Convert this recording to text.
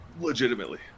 legitimately